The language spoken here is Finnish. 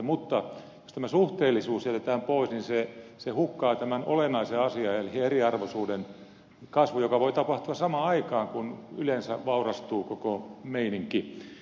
mutta jos tämä suhteellisuus jätetään pois se hukkaa tämän olennaisen asian eli eriarvoisuuden kasvun joka voi tapahtua samaan aikaan kun yleensä vaurastuu koko meininki